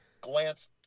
glanced